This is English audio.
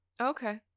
Okay